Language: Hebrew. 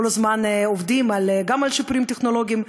הזמן עובדים גם על שיפורים טכנולוגיים,